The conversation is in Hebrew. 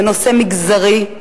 לנושא מגזרי,